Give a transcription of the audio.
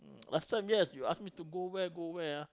last time yes you ask me to go where go where ah